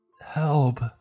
Help